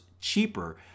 cheaper